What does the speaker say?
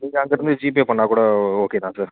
நீங்கள் அங்கேயிருந்து ஜீபே பண்ணால் கூட ஓகே தான் சார்